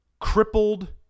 crippled